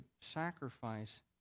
sacrifice